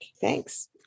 Thanks